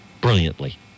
brilliantly